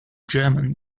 german